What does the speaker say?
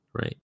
Right